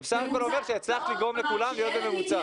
זה בסך הכל אומר שהצלחת לגרום לכולם להיות בממוצע.